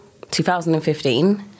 2015